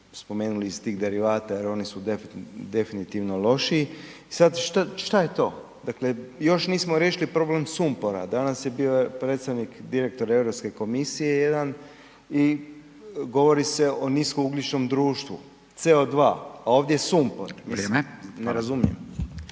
spomenuli iz tih derivata, oni su definitivno lošiji. Sad, što je to, dakle, još nismo riješili problem sumpora, danas je bio predstavnik direktora EU komisije jedan i govori se o nisko ugljičnom društvo. CO2. A ovdje je sumpor. .../Upadica: Vrijeme./... Ne razumijem.